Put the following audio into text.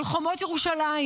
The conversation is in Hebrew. על חומות ירושלים